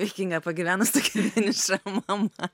juokinga pagyvenus tokia vieniša mama